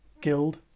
guild